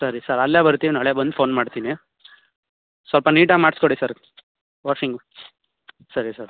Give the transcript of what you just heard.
ಸರಿ ಸರ್ ಅಲ್ಲೇ ಬರ್ತೀವಿ ನಾಳೆ ಬಂದು ಫೋನ್ ಮಾಡ್ತೀನಿ ಸ್ವಲ್ಪ ನೀಟಾಗಿ ಮಾಡಿಸ್ಕೊಡಿ ಸರ್ ವಾಷಿಂಗು ಸರಿ ಸರ್